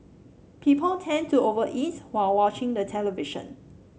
people tend to over eat while watching the television